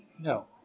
no